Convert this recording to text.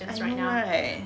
I know right